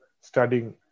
studying